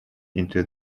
into